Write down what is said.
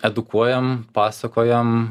edukuojam pasakojam